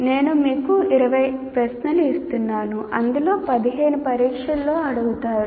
నేను మీకు 20 ప్రశ్నలు ఇస్తున్నాను అందులో 15 పరీక్షలో అడుగుతారు